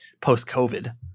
post-COVID